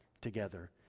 together